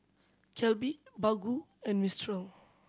Calbee Baggu and Mistral